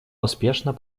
успешно